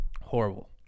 Horrible